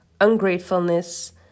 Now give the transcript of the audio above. ungratefulness